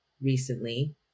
recently